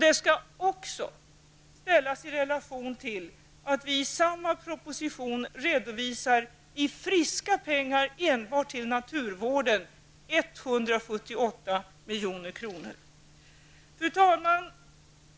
Det skall också ställas i relation till att vi i samma proposition redovisar 178 milj.kr. i friska pengar enbart till naturvården. Fru talman!